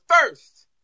first